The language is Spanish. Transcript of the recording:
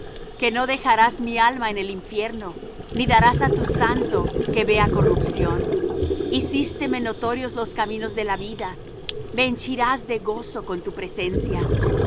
que no dejarás mi alma en el infierno ni darás á tu santo que vea corrupción hicísteme notorios los caminos de la vida me henchirás de gozo con tu presencia